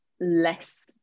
less